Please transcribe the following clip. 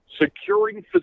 securing